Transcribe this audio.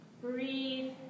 Breathe